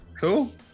Cool